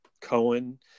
cohen